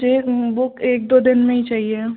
मुझे बुक एक दो दिन में ही चाहिए